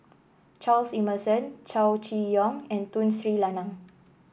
Charles Emmerson Chow Chee Yong and Tun Sri Lanang